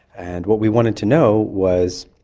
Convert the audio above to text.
and what we wanted to know was,